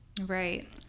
Right